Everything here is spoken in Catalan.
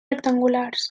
rectangulars